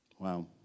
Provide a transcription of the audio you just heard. Wow